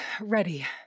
Ready